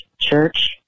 Church